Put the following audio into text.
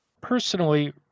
Personally